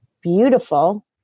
beautiful